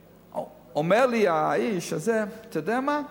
אומר לי האיש הזה: אתה יודע מה?